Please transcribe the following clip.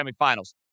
semifinals